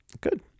Good